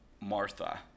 Martha